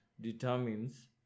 determines